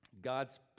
God's